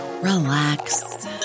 relax